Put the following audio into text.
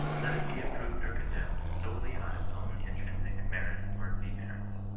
let it be approved or condemned solely on its own in trinsic merits or demerits.